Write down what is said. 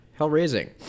Hellraising